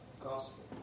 gospel